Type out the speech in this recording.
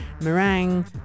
meringue